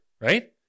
right